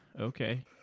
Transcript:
okay